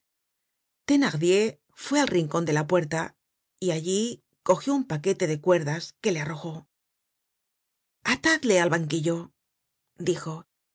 pelar thenardier fué al rincon de la puerta y allí cogió un paquete de cuerdas que les arrojó atadle al banquillo dijo